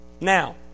Now